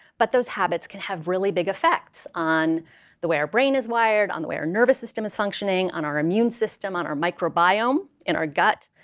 but those habits can have really big effects on the way our brain is wired, on the where nervous system is functioning, on our immune system, on our microbiome in our gut.